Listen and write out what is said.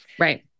right